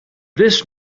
this